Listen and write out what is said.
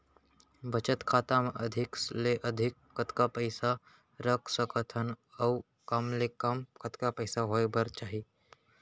बचत खाता मा अधिक ले अधिक कतका पइसा रख सकथन अऊ कम ले कम कतका पइसा होय बर चाही?